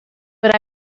but